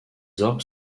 orgues